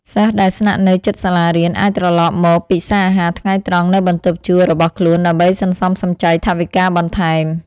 សិស្សដែលស្នាក់នៅជិតសាលារៀនអាចត្រឡប់មកពិសារអាហារថ្ងៃត្រង់នៅបន្ទប់ជួលរបស់ខ្លួនដើម្បីសន្សំសំចៃថវិកាបន្ថែម។